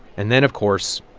and then, of course,